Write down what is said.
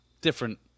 different